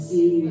See